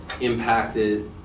impacted